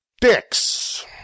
dicks